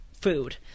food